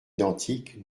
identiques